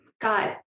got